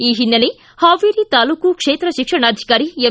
ಈ ಹಿನ್ನೆಲೆ ಹಾವೇರಿ ತಾಲ್ಲೂಕು ಕ್ಷೇತ್ರ ಶಿಕ್ಷಣಾಧಿಕಾರಿ ಎಂ